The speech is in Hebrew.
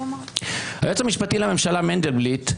היועץ המשפטי לממשלה מנדלבליט,